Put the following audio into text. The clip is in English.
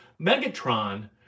Megatron